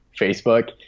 Facebook